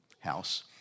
house